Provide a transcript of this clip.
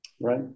right